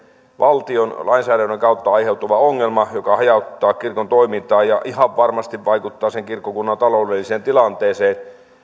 valtion lainsäädännön kautta aiheutuva ongelma joka hajauttaa kirkon toimintaa ja ihan varmasti vaikuttaa sen kirkkokunnan taloudelliseen tilanteeseen